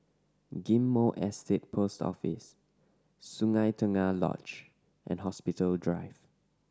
Ghim Moh Estate Post Office Sungei Tengah Lodge and Hospital Drive